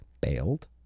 bailed